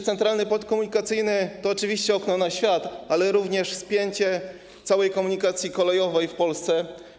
Centralny Port Komunikacyjny to oczywiście okno na świat, ale chodzi również o spięcie całej komunikacji kolejowej w Polsce.